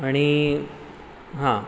आणि हां